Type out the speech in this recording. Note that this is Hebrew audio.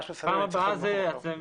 בישיבה הבאה אנחנו מסיימים?